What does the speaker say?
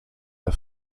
the